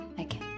Okay